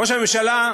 ראש הממשלה,